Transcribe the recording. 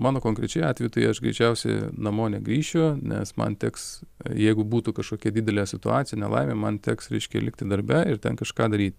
mano konkrečiu atveju tai aš greičiausiai namo negrįšiu nes man teks jeigu būtų kažkokia didelė situacija nelaimė man teks reiškia likti darbe ir ten kažką daryt